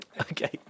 Okay